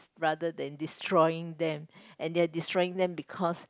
rather than destroying them and they are destroying them because